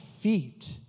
feet